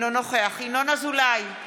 אינו נוכח ינון אזולאי,